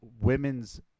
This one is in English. women's